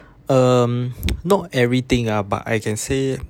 um not everything ha but I can say